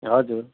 हजुर